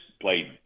played